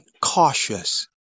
cautious